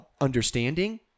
understanding